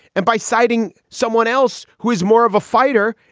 and by citing someone else who is more of a fighter,